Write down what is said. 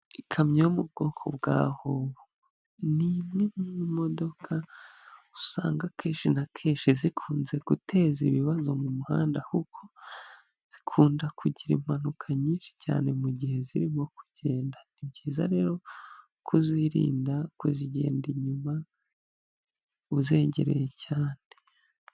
Ikamyo yo mu bwoko bwa hoho, ni imwe mu modoka usanga akenshi na kenshi zikunze guteza ibibazo mu muhanda kuko zikunda kugira impanuka nyinshi cyane mu gihe zirimo kugenda, ni byiza rero kuzirinda kuzigenda inyuma uzegereye cyane.